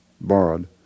borrowed